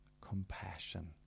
compassion